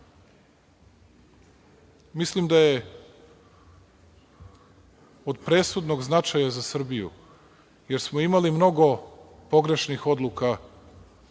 mislim da je od presudnog značaja za Srbiju jer smo imali mnogo pogrešnih odluka u